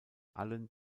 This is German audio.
allen